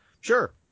sure